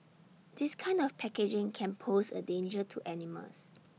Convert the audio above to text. this kind of packaging can pose A danger to animals